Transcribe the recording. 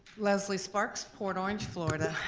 leslie sparks, port orange florida.